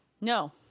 No